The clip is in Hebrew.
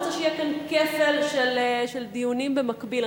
אני לא רוצה שיהיה כאן כפל של דיונים, במקביל.